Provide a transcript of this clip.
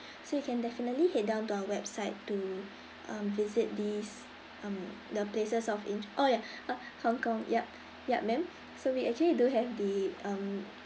so you can definitely head down to our website to um visit these um the places of in~ oh ya uh hong kong yup yup ma'am so we actually do have the um